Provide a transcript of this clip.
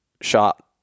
shot